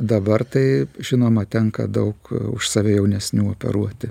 dabar tai žinoma tenka daug už save jaunesnių operuoti